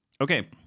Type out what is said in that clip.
Okay